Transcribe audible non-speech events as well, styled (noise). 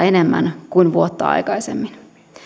(unintelligible) enemmän kuin vuotta aikaisemmin